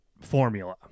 formula